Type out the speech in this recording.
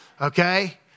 okay